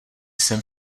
jsem